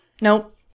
nope